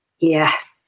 Yes